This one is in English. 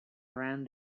around